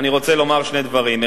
אני רוצה לומר שני דברים.